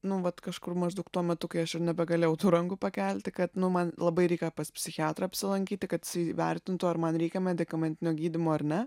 nu vat kažkur maždaug tuo metu kai aš jau nebegalėjau tų rankų pakelti kad nu man labai reikia pas psichiatrą apsilankyti kad jisai įvertintų ar man reikia medikamentinio gydymo ar ne